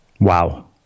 Wow